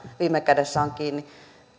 viime kädessä on kiinni